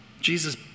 Jesus